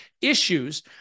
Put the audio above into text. issues